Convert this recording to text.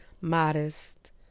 modest